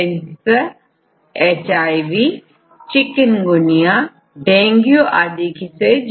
कई नई बीमारियां जैसे कैंसर एचआईवी चिकनगुनिया डेंगू आदि देखने को मिल रही है